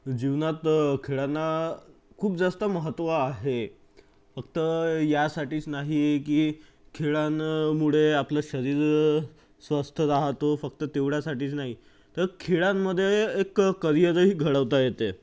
जीवनात खेळांना खूप जास्त महत्त्व आहे फक्त यासाठीच नाही की खेळांमुळे आपलं शरीर स्वस्थ राहतो फक्त तेवढ्यासाठीच नाही तर खेळांमध्ये एक क् करिअरही घडवता येते